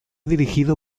dirigido